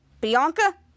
Bianca